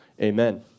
Amen